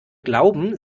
glauben